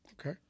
Okay